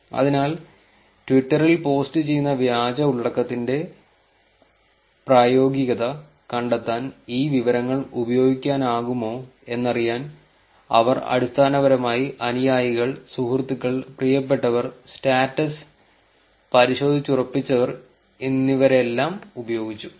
അതിനാൽ ട്വിറ്ററിൽ പോസ്റ്റുചെയ്യുന്ന വ്യാജ ഉള്ളടക്കത്തിന്റെ പ്രായോഗികത കണ്ടെത്താൻ ഈ വിവരങ്ങൾ ഉപയോഗിക്കാനാകുമോ എന്നറിയാൻ അവർ അടിസ്ഥാനപരമായി അനുയായികൾ സുഹൃത്തുക്കൾ പ്രിയപ്പെട്ടവർ സ്റ്റാറ്റസ് പരിശോധിച്ചുറപ്പിച്ചവർ എന്നിവരെല്ലാം ഉപയോഗിച്ചു